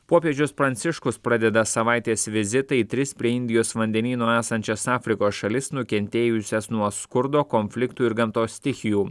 popiežius pranciškus pradeda savaitės vizitą į tris prie indijos vandenyno esančias afrikos šalis nukentėjusias nuo skurdo konfliktų ir gamtos stichijų